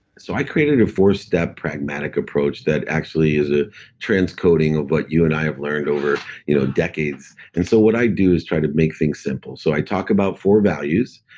so i created a four step pragmatic approach that actually is a transcoding of what you and i have learned over you know decades. and so what i do is try to make things simple. so i talk about four values.